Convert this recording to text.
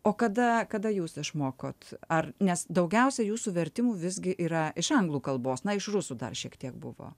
o kada kada jūs išmokot ar nes daugiausia jūsų vertimų visgi yra iš anglų kalbos na iš rusų dar šiek tiek buvo